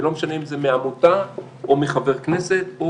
ולא משנה אם זה מהעמותה או מחבר כנסת או